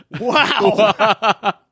Wow